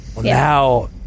Now